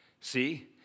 See